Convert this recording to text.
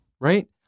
Right